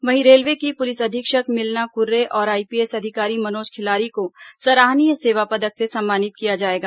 वहीं रेलवे की पुलिस अधीक्षक मिलना कुर्रे और आईपीएस अधिकारी मनोज खिलारी को सराहनीय सेवा पदक से सम्मानित किया जाएगा